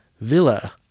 villa